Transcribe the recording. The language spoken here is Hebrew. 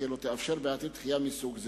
וכי לא תאפשר בעתיד דחייה מסוג זה.